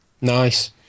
Nice